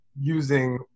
using